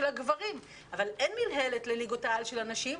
הגברים אבל אין מינהלת לליגות העל של הנשים.